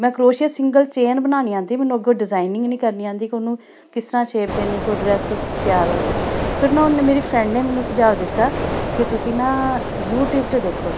ਮੈਂ ਕਰੋਸ਼ੀਆ single chain ਬਣਾਉਣੀ ਆਉਂਦੀ ਮੈਨੂੰ ਅੱਗੋ ਡਿਜ਼ਾਇਨਿੰਗ ਨਹੀਂ ਕਰਨੀ ਆਉਂਦੀ ਕਿ ਉਹਨੂੰ ਕਿਸ ਤਰ੍ਹਾਂ ਸ਼ੇਪ ਦੇਣੀ ਕਿ ਉਹ ਡਰੈਸ ਤਿਆਰ ਹੋ ਜੇ ਫਿਰ ਮੈਂ ਹੁਣ ਮੇਰੀ ਫਰੈਂਡ ਨੇ ਮੈਨੂੰ ਸੁਝਾਅ ਦਿੱਤਾ ਕਿ ਤੁਸੀਂ ਨਾ ਯੂਟਿਊਬ 'ਚ ਦੇਖੋ